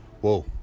whoa